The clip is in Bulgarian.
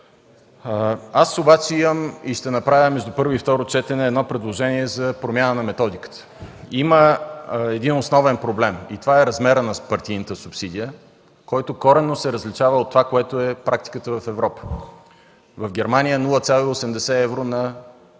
Аз обаче имам и между първо и второ четене ще направя предложение за промяна на методиката. Има един основен проблем и това е размерът на партийната субсидия, който коренно се различава от практиката в Европа. В Германия е 0,80 евро на